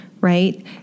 right